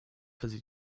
fizzy